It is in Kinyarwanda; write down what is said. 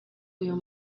uyu